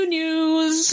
news